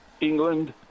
England